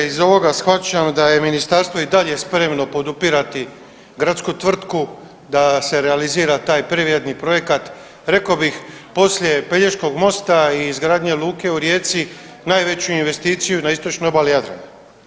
Iz ovoga shvaćam da je ministarstvo i dalje spremno podupirati gradsku tvrtku da se realizira taj prevrijedni projekat, rekao bih poslije Pelješkog mosta i izgradnje luke u Rijeci najveću investiciju na istočnoj obali Jadrana.